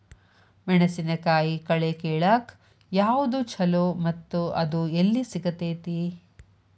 ಮೆಣಸಿನಕಾಯಿ ಕಳೆ ಕಿಳಾಕ್ ಯಾವ್ದು ಛಲೋ ಮತ್ತು ಅದು ಎಲ್ಲಿ ಸಿಗತೇತಿ?